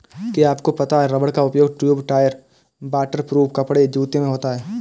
क्या आपको पता है रबर का उपयोग ट्यूब, टायर, वाटर प्रूफ कपड़े, जूते में होता है?